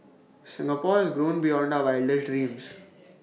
Singapore has grown beyond our wildest dreams